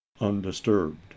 undisturbed